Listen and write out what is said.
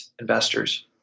investors